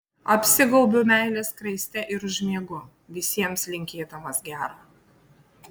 apsigaubiu meilės skraiste ir užmiegu visiems linkėdamas gero